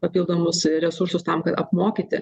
papildomus resursus tam kad apmokyti